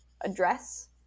address